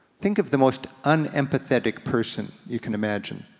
think of the most un-empathetic person you can imagine.